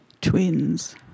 Twins